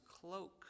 cloak